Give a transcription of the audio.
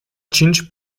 cinci